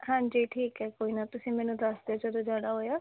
ਹਾਂਜੀ ਠੀਕ ਹੈ ਕੋਈ ਨਾ ਤੁਸੀਂ ਮੈਨੂੰ ਦੱਸ ਦਿਓ ਜਦੋਂ ਜਾਣਾ ਹੋਇਆ